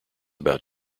about